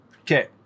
Okay